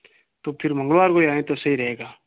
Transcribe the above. तो फिर मंगलवार को ही आए तो सही रहेगा